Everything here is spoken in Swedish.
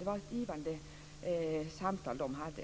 Det var ett givande samtal som de hade